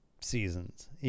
seasons